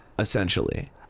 Essentially